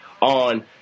on